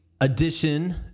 edition